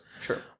sure